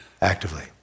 actively